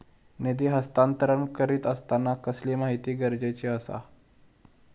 निधी हस्तांतरण करीत आसताना कसली माहिती गरजेची आसा?